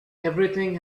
everything